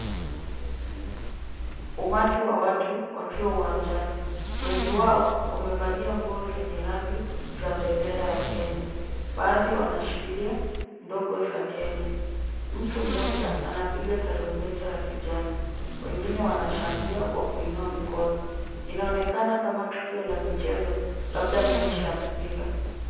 Umati wa watu wakiwa uwanjani. Wengi wao wamevalia nguo zenye rangi za bendera ya Kenya. Baadhi wanashikilia ndogo za Kenya. Mtu mmoja anapiga tarumbeta ya kijani. Wengine wanashangilia kwa kuinua mikono. Inaonekana kama tukio la michezo labda mechi ya mpira.